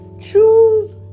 choose